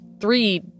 three